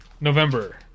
November